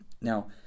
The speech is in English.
Now